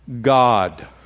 God